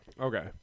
Okay